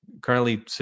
currently